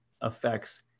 affects